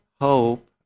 hope